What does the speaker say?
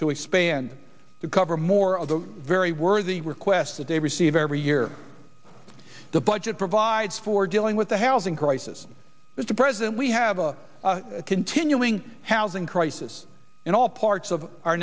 to expand to cover more of the very worthy requests that they receive every year the budget provides for dealing with the housing crisis but the president we have a continuing housing crisis in all parts of our